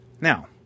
now